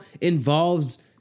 involves